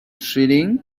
sailing